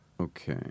Okay